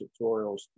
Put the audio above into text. tutorials